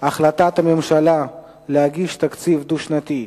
החלטת הממשלה להגיש תקציב דו-שנתי,